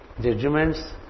judgments